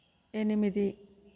ఎనిమిది